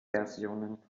versionen